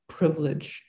privilege